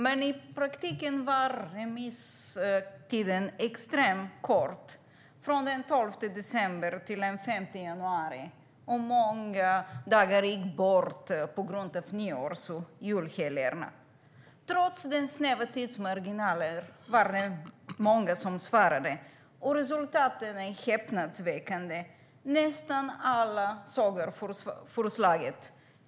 Men i praktiken var remisstiden extremt kort, från den 12 december till den 5 januari, och många dagar gick bort på grund av jul och nyårshelgerna. Trots den snäva tidsmarginalen var det många som svarade. Och resultatet är häpnadsväckande. Nästan alla sågar förslaget.